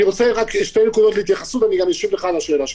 אני רוצה שתי נקודות להתייחסות ואני גם אשיב על השאלה שלך.